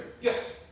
Yes